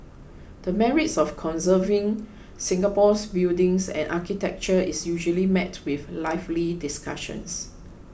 the merits of conserving Singapore's buildings and architecture is usually met with lively discussions